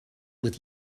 with